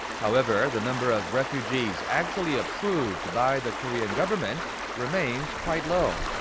however the number of refugees actually approved by the korean government remains quite low.